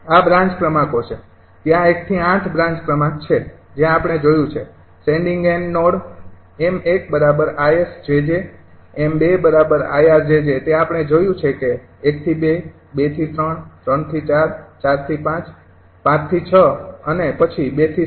આ બ્રાન્ચ ક્રમાંકો છે ત્યાં ૧ થી ૮ બ્રાન્ચ ક્રમાંક છે જે આપણે જોયું છે સેંડિંગ એન્ડ નોડ 𝑚૧𝐼𝑆𝑗𝑗 𝑚૨𝐼𝑅𝑗𝑗 તે આપણે જોયું છે કે ૧ થી ૨ ૨ થી ૩ ૩ થી ૪ ૪ થી ૫ ૫ થી ૬ અને પછી ૨ થી ૭ તે તમારું ૨ થી ૭ ૭ થી ૮ છે અને પછી ૪ થી ૯ ૨ થી ૭ ૭ થી ૮ અને ૪ થી ૯